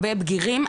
בגירים,